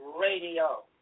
Radio